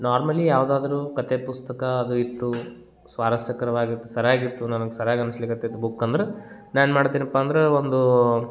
normally ಯಾವುದಾದ್ರೂ ಕತೆ ಪುಸ್ತಕ ಅದು ಇತ್ತು ಸ್ವಾರಸ್ಯಕರವಾಗಿತ್ತು ಸರಿಯಾಗಿತ್ತು ನನಗೆ ಸರ್ಯಾಗಿ ಅನ್ಸ್ಲಿಕತ್ತೈತೆ ಬುಕ್ ಅಂದ್ರೆ ನಾ ಏನ್ಮಾಡ್ತೀನಪ್ಪ ಅಂದ್ರೆ ಒಂದು